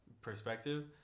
perspective